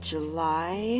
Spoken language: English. July